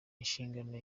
inshingano